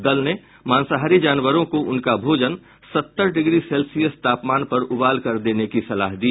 दल ने मांसाहारी जानवरों को उनका भोजन सत्तर डिग्री तापमान पर उबाल कर देने की सलाह दी